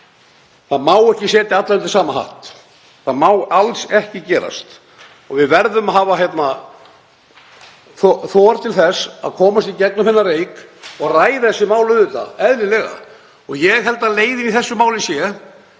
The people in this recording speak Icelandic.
Það má ekki setja alla undir sama hatt. Það má alls ekki gerast og við verðum að hafa þor til þess að komast í gegnum þennan reyk og ræða þessi mál eðlilega. Ég held að leiðin í þessu máli sé